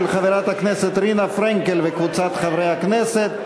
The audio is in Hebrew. של חברת הכנסת רינה פרנקל וקבוצת חברי הכנסת,